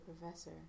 professor